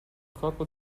corpo